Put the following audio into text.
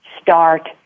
start